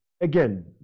again